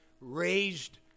raised